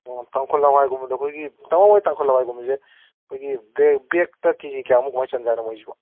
ꯑꯣ ꯇꯥꯡꯈꯨꯜ ꯍꯋꯥꯏꯒꯨꯝꯕꯗꯣ ꯑꯩꯈꯣꯏꯒꯤ ꯇꯥꯃꯣ ꯑꯩꯈꯣꯏ ꯇꯥꯡꯈꯨꯜ ꯍꯋꯥꯏꯒꯨꯝꯕꯁꯦ ꯑꯩꯈꯣꯏꯒꯤ ꯕꯦꯒ ꯕꯦꯒꯇ ꯀꯦ ꯖꯤ ꯀꯌꯥꯃꯨꯛ ꯀꯃꯥꯏꯅ ꯆꯟꯖꯥꯠꯅꯣ ꯃꯣꯏꯁꯤꯕꯣ